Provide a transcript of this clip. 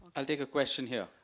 i take a question here.